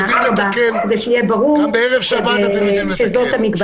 גם בערב שבת אתם יודעים לתקן.